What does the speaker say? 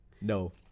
No